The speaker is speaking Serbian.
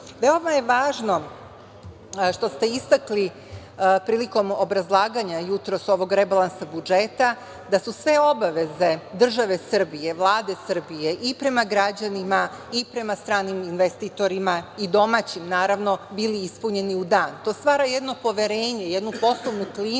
je važno što ste istakli jutros prilikom obrazlaganja ovog rebalansa budžeta da su sve obaveze države Srbije, Vlade Srbije, i prema građanima i prema stranim investitorima i domaćim, naravno, bili ispunjeni u dan. To stvara jedno poverenje, jednu poslovnu klimu